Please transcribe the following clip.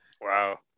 Wow